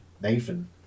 Nathan